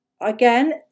again